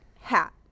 hat